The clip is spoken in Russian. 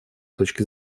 точки